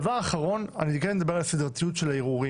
דבר אחרון אני כן אדבר על הסדרתיות של הערעורים,